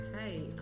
Hey